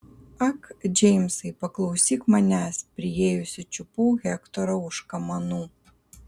ak džeimsai paklausyk manęs priėjusi čiupau hektorą už kamanų